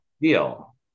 deal